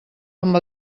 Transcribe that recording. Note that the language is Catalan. amb